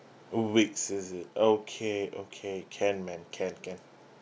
weeks is it okay okay can ma'am can can